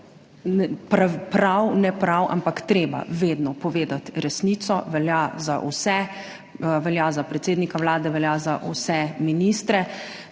prav, ne prav, ampak treba vedno povedati resnico, velja za vse, velja za predsednika Vlade, velja za vse ministre.